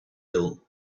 ill